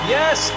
yes